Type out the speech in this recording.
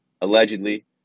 allegedly